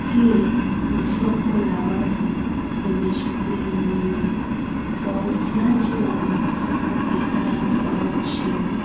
Hili ni soko la wazi lenye shughuli nyingi. Wauzaji wamepanga bidhaa zao chini.